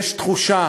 יש תחושה